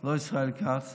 לא ישראל כץ,